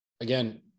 again